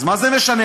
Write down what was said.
אז מה זה משנה?